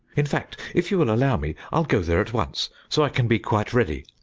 in fact, if you will allow me, i'll go there at once, so i can be quite ready.